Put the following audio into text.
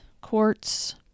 quartz